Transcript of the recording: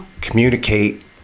communicate